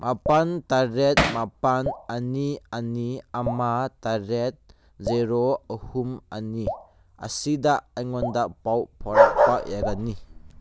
ꯃꯥꯄꯟ ꯇꯔꯦꯠ ꯃꯥꯄꯟ ꯑꯅꯤ ꯑꯅꯤ ꯑꯃ ꯇꯔꯦꯠ ꯖꯦꯔꯣ ꯑꯍꯨꯝ ꯑꯅꯤ ꯑꯁꯤꯗ ꯑꯩꯉꯣꯟꯗ ꯄꯥꯎ ꯐꯥꯎꯔꯛꯄ ꯌꯥꯒꯅꯤ